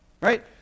Right